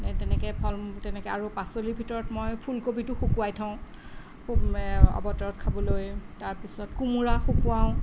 তেনেকে ফল তেনেকে আৰু পাচলিৰ ভিতৰত মই ফুলকবিটো শুকোৱাই থওঁ অবতৰত খাবলৈ তাৰপিছত কোমোৰা শুকোৱাওঁ